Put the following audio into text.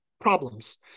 problems